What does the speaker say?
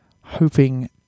hoping